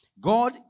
God